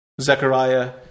Zechariah